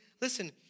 listen